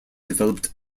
developed